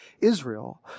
Israel